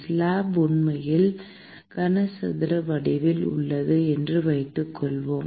slab உண்மையில் கனசதுர வடிவில் உள்ளது என்று வைத்துக்கொள்வோம்